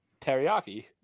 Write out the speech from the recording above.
teriyaki